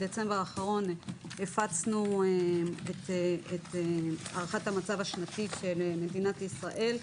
בדצמבר האחרון הפצנו את הערכת המצב השנתית של מדינת ישראל,